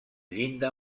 llinda